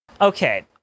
Okay